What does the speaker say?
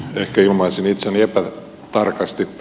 ehkä ilmaisin itseni epätarkasti